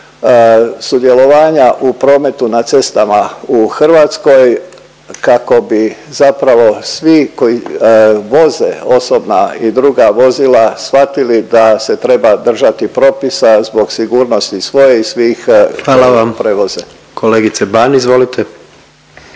sudjelovanja u prometu na cestama u Hrvatskoj kako bi zapravo svi koji voze osobna i druga vozila shvatili da se treba držati propisa zbog sigurnosti svoje i svih … …/Upadica predsjednik: Hvala